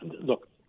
Look